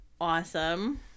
Awesome